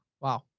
Wow